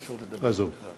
תודה.